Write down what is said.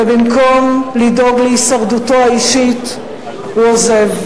ובמקום לדאוג להישרדותו האישית הוא עוזב.